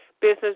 business